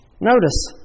notice